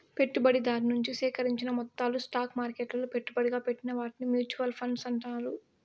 పెట్టుబడిదారు నుంచి సేకరించిన మొత్తాలు స్టాక్ మార్కెట్లలో పెట్టుబడిగా పెట్టిన వాటిని మూచువాల్ ఫండ్స్ అంటారు